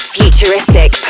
futuristic